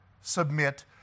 submit